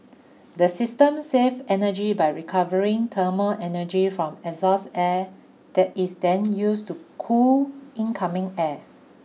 the system save energy by recovering thermal energy from exhaust air that is then used to cool incoming air